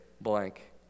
blank